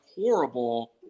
horrible